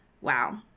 wow